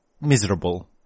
miserable